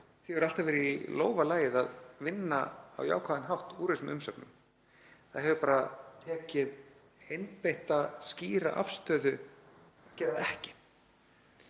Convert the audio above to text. hefur alltaf verið í lófa lagið að vinna á jákvæðan hátt úr þessum umsögnum. Það hefur bara tekið einbeitta skýra afstöðu um að gera það ekki